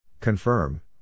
Confirm